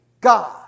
God